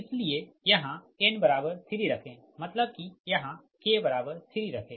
इसलिए यहाँ n3 रखें मतलब कि यहाँ k3 रखें